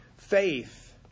Faith